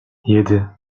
yedi